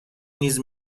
نیز